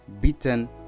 beaten